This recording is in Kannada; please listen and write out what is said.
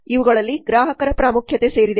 ಇವುಗಳಲ್ಲಿ ಗ್ರಾಹಕರ ಪ್ರಾಮುಖ್ಯತೆ ಸೇರಿದೆ